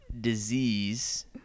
disease